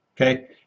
Okay